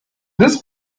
this